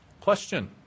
Question